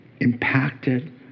impacted